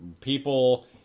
people